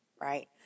Right